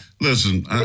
Listen